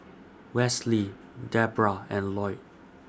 Wesley Deborah and Loyd